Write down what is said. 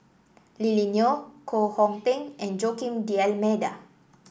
Lily Neo Koh Hong Teng and Joaquim D'Almeida